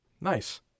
Nice